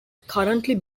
currently